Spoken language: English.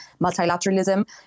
multilateralism